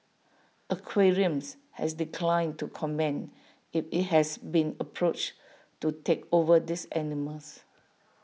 aquariums has declined to comment if IT has been approached to take over these animals